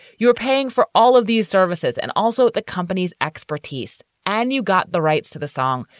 you're paying for all of these services and also the company's expertise. and you got the rights to the song,